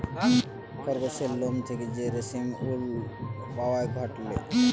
খরগোসের লোম থেকে যে রেশমি উল পাওয়া যায়টে